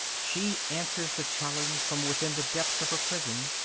she answers the challenge from within the depths of her prison.